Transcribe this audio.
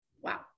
Wow